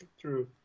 True